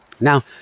Now